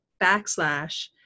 backslash